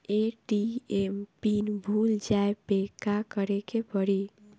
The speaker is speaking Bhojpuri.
ए.टी.एम पिन भूल जाए पे का करे के पड़ी?